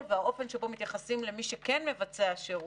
והאופן שבו מתייחסים למי שכן מבצע שירות,